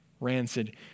Rancid